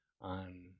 on